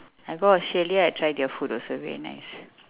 I go australia I try their food also very nice